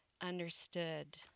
understood